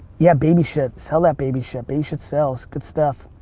yeah, baby shit, sell that baby shit. baby shit sells. good stuff.